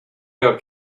your